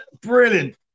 Brilliant